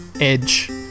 edge